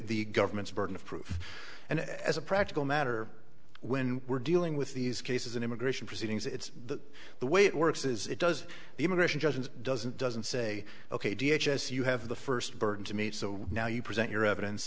the government's burden of proof and as a practical matter when we're dealing with these cases in immigration proceedings it's the way it works is it does the immigration judge doesn't doesn't say ok d h as you have the first burden to meet so now you present your evidence